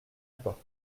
porte